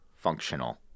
Functional